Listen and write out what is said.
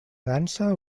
dansa